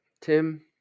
tim